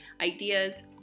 ideas